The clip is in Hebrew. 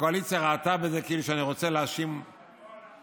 הקואליציה ראתה בזה כאילו שאני רוצה להאשים אותה,